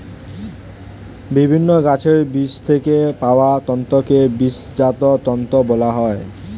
বিভিন্ন গাছের বীজের থেকে পাওয়া তন্তুকে বীজজাত তন্তু বলা হয়